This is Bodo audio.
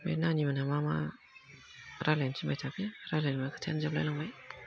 बे नानि मोनहा मा मा रायज्लायनो थिनबाय थाखो रायज्लायनाया खोथायानो जोबलायलांबाय